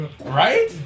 Right